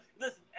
Listen